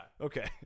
Okay